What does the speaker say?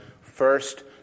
first